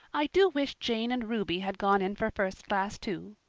i do wish jane and ruby had gone in for first class, too.